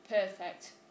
perfect